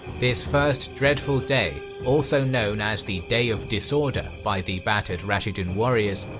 this first dreadful day, also known as the day of disorder by the battered rashidun warriors,